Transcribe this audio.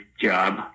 job